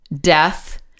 death